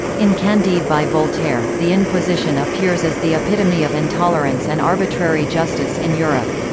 in candide by voltaire, the inquisition appears as the epitome of intolerance and arbitrary justice in europe.